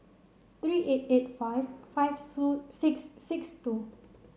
three eight eight five five through six six two